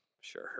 sure